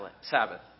Sabbath